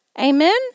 Amen